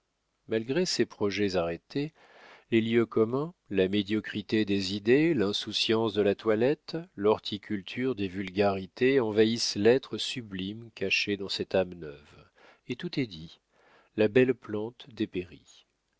malgré ses projets arrêtés les lieux communs la médiocrité des idées l'insouciance de la toilette l'horticulture des vulgarités envahissent l'être sublime caché dans cette âme neuve et tout est dit la belle plante dépérit